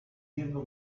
siendo